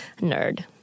nerd